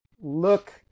look